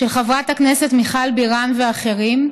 של חברת הכנסת מיכל בירן ואחרים,